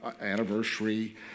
anniversary